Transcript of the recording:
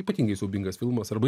ypatingai siaubingas filmas arba